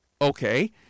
Okay